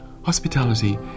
Hospitality